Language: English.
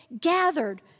gathered